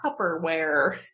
Tupperware